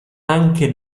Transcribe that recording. anche